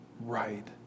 right